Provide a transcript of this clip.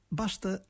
basta